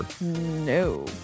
No